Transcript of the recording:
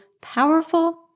powerful